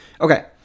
Okay